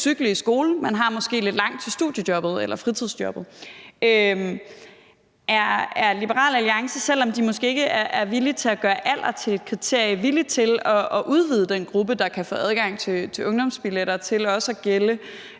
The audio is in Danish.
cykle i skole, men har så måske lidt langt til studiejobbet eller fritidsjobbet. Er Liberal Alliance, selv om de måske ikke er villig til at gøre alder til et kriterie, villig til at udvide den gruppe, der kan få adgang til ungdomsbilletter, til også at gælde